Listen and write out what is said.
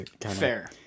Fair